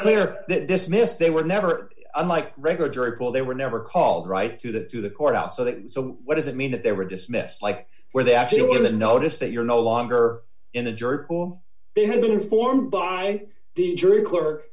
clear that dismissed they were never unlike regular jury pool they were never called right to the to the court out so that so what does it mean that they were dismissed like where they actually were given notice that you're no longer in the jury pool they had been informed by the jury clerk